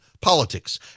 politics